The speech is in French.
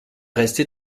rester